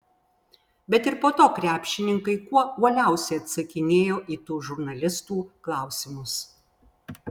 bet ir po to krepšininkai kuo uoliausiai atsakinėjo į tų žurnalistų klausimus